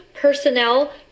personnel